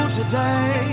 today